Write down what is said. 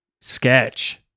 sketch